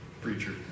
preacher